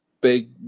big